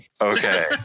okay